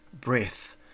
breath